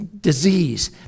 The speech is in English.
disease